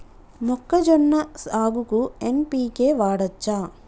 మొక్కజొన్న సాగుకు ఎన్.పి.కే వాడచ్చా?